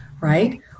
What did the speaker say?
right